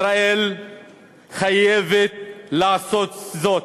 ישראל חייבת לעשות זאת,